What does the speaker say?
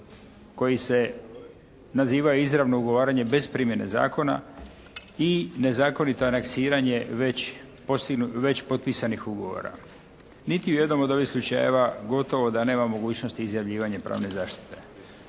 koji se nazivaju izravno ugovaranje bez primjene zakona i nezakonito aneksiranje već potpisanih ugovora. Niti u jednom od ovih slučajeva gotovo da nema mogućnosti izjavljivanja pravne zaštite.